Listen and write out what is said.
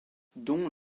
dont